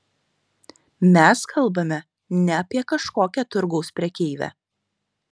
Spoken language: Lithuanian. mes kalbame ne apie kažkokią turgaus prekeivę